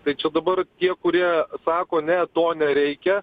ta čia dabar tie kurie sako ne to nereikia